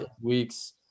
weeks